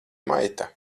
maita